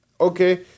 Okay